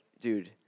dude